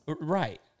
Right